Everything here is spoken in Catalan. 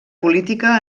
política